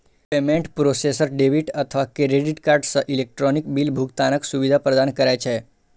payment processor debit अथवा credit card सं electronic bill भुगतानक सुविधा प्रदान करै छै